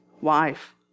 wife